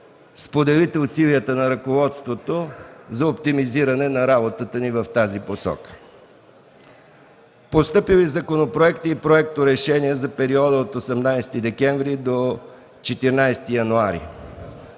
споделите усилията на ръководството за оптимизиране на работата ни в тази посока. Постъпили законопроекти и проекторешения за периода от 18 декември 2013 г. до 14 януари